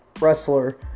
wrestler